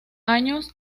años